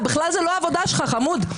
זה לא העבודה שלך חמוד.